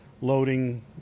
loading